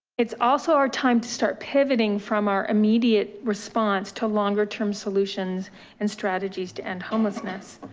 it's also our time to start pivoting from our immediate response to longer term solutions and strategies to end homelessness.